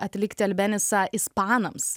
atlikti albenisą ispanams